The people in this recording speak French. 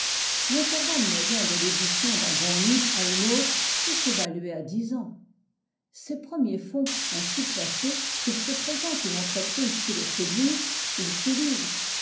l'intervalle moyen de l'édition d'un bon livre à une autre peut s'évaluer à dix ans ses premiers fonds ainsi placés s'il se présente une entreprise qui le séduise il s'y livre